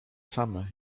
same